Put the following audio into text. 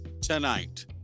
tonight